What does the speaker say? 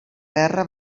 guerra